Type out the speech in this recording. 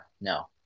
No